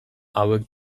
hauek